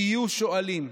תהיו שואלים.